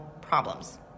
problems